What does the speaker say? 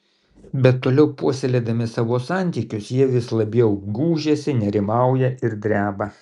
bet toliau puoselėdami savo santykius jie vis labiau gūžiasi nerimauja ir dreba